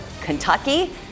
Kentucky